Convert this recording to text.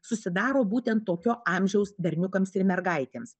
susidaro būtent tokio amžiaus berniukams ir mergaitėms